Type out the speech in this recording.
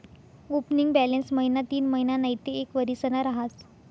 opening balance महिना तीनमहिना नैते एक वरीसना रहास